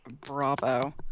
bravo